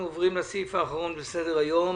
אנחנו עוברים לסעיף האחרון בסדר היום